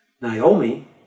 Naomi